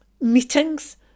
meetings